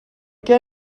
què